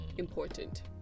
important